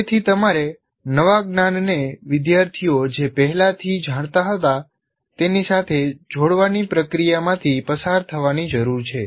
તેથી તમારે નવા જ્ઞાન ને વિદ્યાર્થીઓ જે પહેલાથી જાણતા હતા તેની સાથે જોડવાની પ્રક્રિયામાંથી પસાર થવાની જરૂર છે